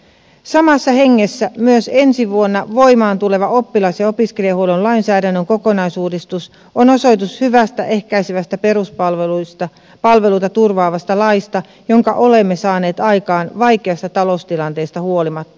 samassa hengessä myös ensi vuonna voimaan tuleva oppilas ja opiskelijahuollon lainsäädännön kokonaisuudistus on osoitus hyvästä ehkäisevästä peruspalveluita turvaavasta laista jonka olemme saaneet aikaan vaikeasta taloustilanteesta huolimatta